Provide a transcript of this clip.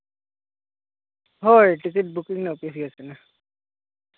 ᱦᱳᱭ ticket booking ᱨᱮᱱᱟᱜ ᱚᱯᱷᱤᱥᱜᱮ ᱠᱟᱱᱟ